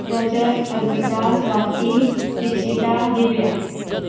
Rajat Alpita Swati Dikshita Divya